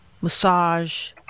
massage